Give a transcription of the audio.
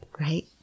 right